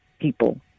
people